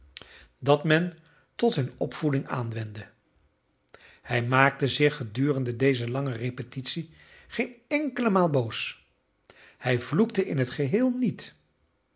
dat men tot hun opvoeding aanwendde hij maakte zich gedurende deze lange repetitie geen enkele maal boos hij vloekte in het geheel niet